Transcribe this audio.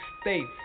States